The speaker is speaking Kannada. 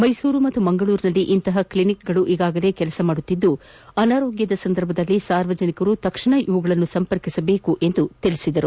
ಮೈಸೂರು ಹಾಗೂ ಮಂಗಳೂರಿನಲ್ಲಿ ಇಂತಹ ಕ್ಷಿನಿಕ್ಗಳು ಈಗಾಗಲೇ ಕಾರ್ಯ ನಿರ್ವಹಿಸುತ್ತಿದ್ದು ಅನಾರೋಗ್ಯದ ಸಂದರ್ಭದಲ್ಲಿ ಸಾರ್ವಜನಿಕರು ತಕ್ಷಣ ಇವುಗಳನ್ನು ಸಂಪರ್ಕಿಸಬೇಕೆಂದು ತಿಳಿಸಿದರು